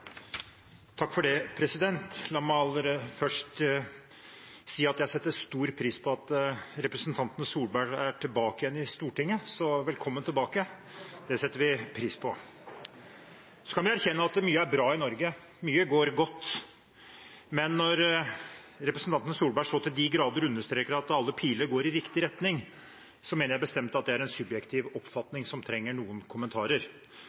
tilbake igjen i Stortinget – velkommen tilbake, det setter vi pris på. Så kan jeg erkjenne at mye er bra i Norge, mye går godt, men når representanten Solberg så til de grader understreker at alle piler peker i riktig retning, mener jeg bestemt at det er en subjektiv oppfatning som trenger noen kommentarer.